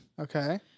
Okay